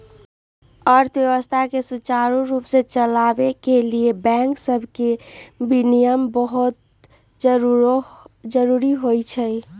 अर्थव्यवस्था के सुचारू रूप से चलाबे के लिए बैंक सभके विनियमन बहुते जरूरी होइ छइ